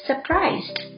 surprised